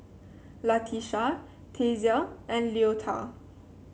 Latisha Tasia and Leota